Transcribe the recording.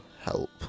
help